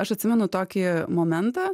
aš atsimenu tokį momentą